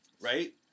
right